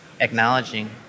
acknowledging